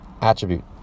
attribute